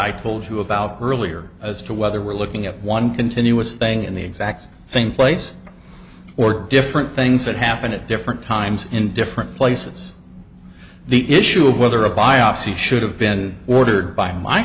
i told you about earlier as to whether we're looking at one continuous thing in the exact same place or different things that happened at different times in different places the issue of whether a biopsy should have been ordered by my